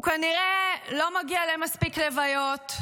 הוא כנראה לא מגיע למספיק לוויות,